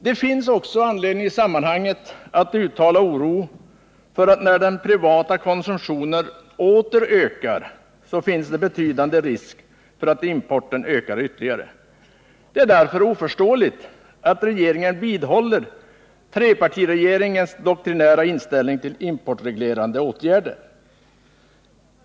Det finns också anledning i sammanhanget att uttala oro för att det, när den privata konsumtionen åter ökar, finns betydande risk för att importen ökar ytterligare. Det är därför oförståeligt att regeringen vidhåller trepartiregeringens doktrinära inställning till importreglerande åtgärder.